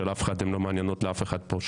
הן לא מעניינות אף אחד,